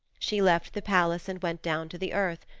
she left the palace and went down to the earth.